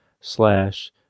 slash